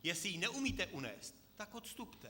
Jestli ji neumíte unést, tak odstupte.